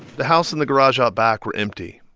the house and the garage out back were empty.